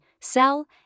sell